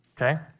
okay